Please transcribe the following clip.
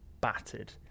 battered